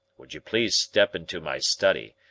will you please step into my study,